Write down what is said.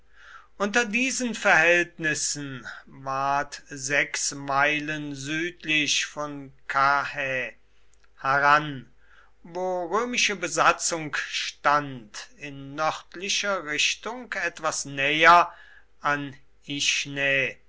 unter diesen verhältnissen ward sechs meilen südlich von karrhä harran wo römische besatzung stand in nördlicher richtung etwas näher an